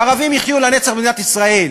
וערבים יחיו לנצח במדינת ישראל.